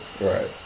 Right